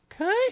Okay